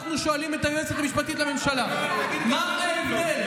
וכשאנחנו שואלים את היועצת המשפטית לממשלה מה ההבדל